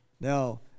Now